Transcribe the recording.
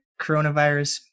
coronavirus